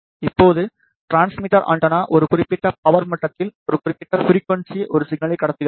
இப்போது transmitter antenna ஒரு குறிப்பிட்ட பவர் மட்டத்தில் ஒரு குறிப்பிட்ட ஃபிரிக்குவன்ஸி ஒரு சிக்னலை கடத்துகிறது